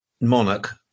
monarch